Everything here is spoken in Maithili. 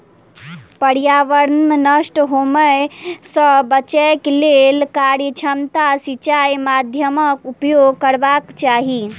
पर्यावरण नष्ट होमअ सॅ बचैक लेल कार्यक्षमता सिचाई माध्यमक उपयोग करबाक चाही